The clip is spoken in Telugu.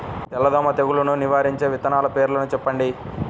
తెల్లదోమ తెగులును నివారించే విత్తనాల పేర్లు చెప్పండి?